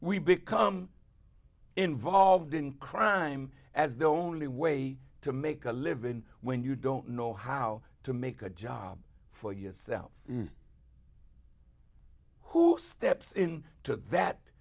we become involved in crime as the only way to make a living when you don't know how to make a job for yourself who steps in to that